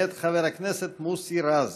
מאת חבר הכנסת מוסי רז.